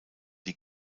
die